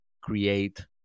create